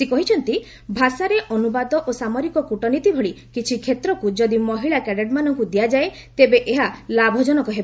ସେ କହିଛନ୍ତି ଭାଷାରେ ଅନୁବାଦ ଓ ସାମରିକ କୂଟନୀତି ଭଳି କିଛି କ୍ଷେତ୍ରକୁ ଯଦି ମହିଳା କ୍ୟାଡେଟ୍ମାନଙ୍କୁ ଦିଆଯାଏ ତେବେ ଏହା ଲାଭଚନକ ହେବ